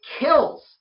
kills